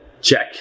check